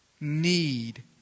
need